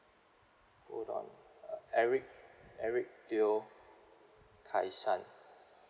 hold on uh eric eric teow kai san